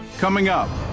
coming up,